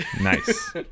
Nice